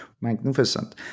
Magnificent